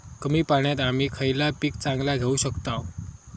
कमी पाण्यात आम्ही खयला पीक चांगला घेव शकताव?